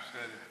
בסדר.